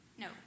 No